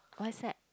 why sad